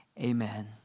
amen